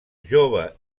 jove